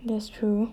that's true